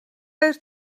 эрт